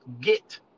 get